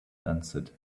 answered